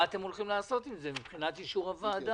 מה אתם הולכים לעשות עם זה מבחינת אישור הוועדה.